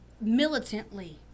militantly